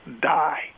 die